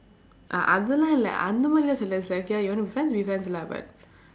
அ~ அதெல்லாம் இல்ல:a~ athellaam illa K you want to be friends be friends lah but